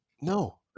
No